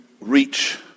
reach